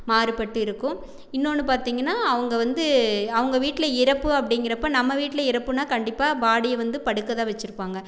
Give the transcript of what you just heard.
மாறுப்பட்டு இருக்கும் இன்னொன்று பார்த்திங்கன்னா அவங்க வந்து அவங்க வீட்டில் இறப்பு அப்படிங்கிறப்ப நம்ம வீட்டில் இறப்புனால் கண்டிப்பாக பாடியை வந்து படுக்கதான் வெச்சுருப்பாங்க